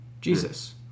Jesus